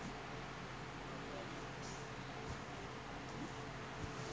see the place already